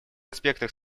аспектах